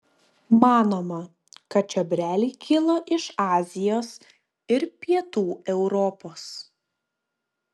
manoma kad čiobreliai kilo iš azijos ir pietų europos